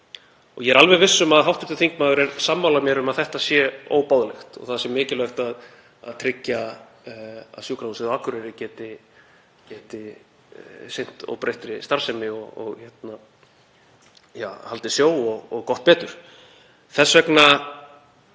Ég er alveg viss um að hv. þingmaður er sammála mér um að þetta sé óboðlegt og það sé mikilvægt að tryggja að Sjúkrahúsið á Akureyri geti sinnt óbreyttri starfsemi og haldið sjó og gott betur. Það eru